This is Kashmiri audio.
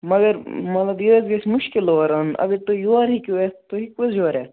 مگر مطلب یہِ حظ گَژھہِ مشکل اوٗر اَنُن اگر تُہۍ یور ہیٚکِو یِتھ تُہۍ ہیٚکوٕ حظ یور یِتھ